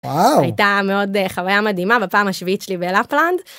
וואו! הייתה מאוד חוויה מדהימה בפעם השביעית שלי בלפלנד.